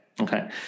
Okay